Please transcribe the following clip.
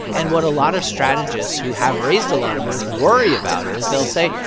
and what a lot of strategists who have raised a lot of money worry about is they'll say,